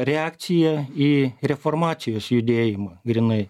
reakcija į reformacijos judėjimą grynai